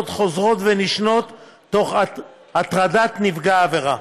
חוזרות ונשנות תוך הטרדת נפגע העבירה.